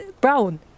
brown